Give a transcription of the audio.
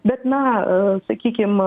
bet na sakykim